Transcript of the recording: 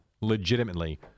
Legitimately